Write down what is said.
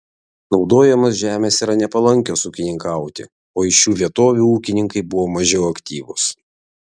naudojamos žemės yra nepalankios ūkininkauti o iš šių vietovių ūkininkai buvo mažiau aktyvūs